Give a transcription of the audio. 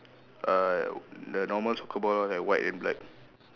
uh the normal soccer ball like white and black